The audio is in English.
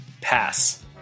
Pass